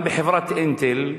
גם בחברת "אינטל"